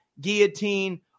guillotine